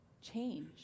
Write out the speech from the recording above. change